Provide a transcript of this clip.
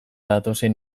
datozen